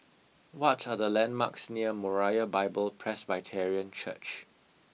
what are the landmarks near Moriah Bible Presbyterian Church